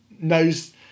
knows